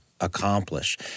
accomplish